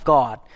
God